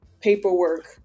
paperwork